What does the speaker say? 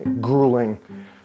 grueling